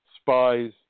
spies